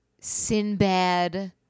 Sinbad